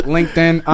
LinkedIn